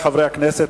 חברי חברי הכנסת,